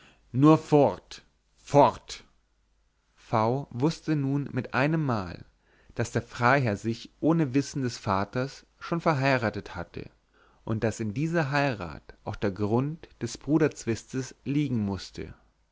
nur fort fort v wußte nun mit einemmal daß der freiherr sich ohne wissen des vaters schon verheiratet hatte und daß in dieser heirat auch der grund des bruderzwistes liegen mußte